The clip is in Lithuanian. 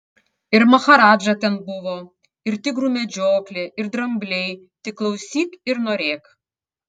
ir maharadža ten buvo ir tigrų medžioklė ir drambliai tik klausyk ir norėk